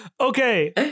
Okay